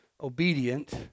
obedient